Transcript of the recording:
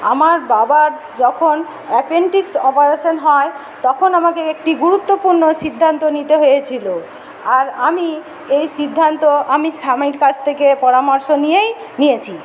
আমার বাবার যখন অ্যাপেন্ডিক্স অপারেশন হয় তখন আমাকে একটি গুরুত্বপূর্ণ সিদ্ধান্ত নিতে হয়েছিল আর আমি এই সিদ্ধান্ত আমি স্বামীর কাছ থেকে পরামর্শ নিয়েই নিয়েছি